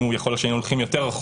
יכול להיות שהיינו הולכים יותר רחוק,